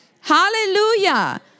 Hallelujah